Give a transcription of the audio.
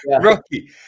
rocky